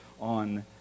on